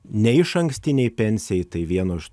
neišankstinei pensijai tai vieno iš